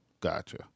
gotcha